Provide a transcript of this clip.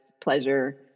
pleasure